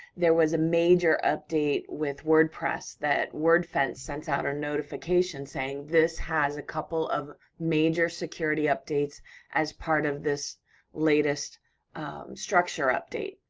there was a major update with wordpress that wordfence sent out a notification saying, this has a couple of major security updates as part of this latest structure update,